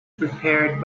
prepared